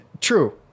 true